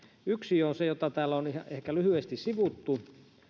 yksi on se jota täällä on ehkä lyhyesti sivuttu ja joka